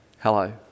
Hello